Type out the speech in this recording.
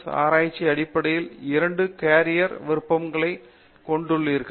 S ஆராய்ச்சி அடிப்படையில் இரண்டு கேரியர் விருப்பங்களைக் கொண்டுள்ளீர்கள்